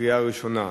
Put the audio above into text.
בקריאה ראשונה.